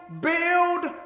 build